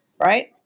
Right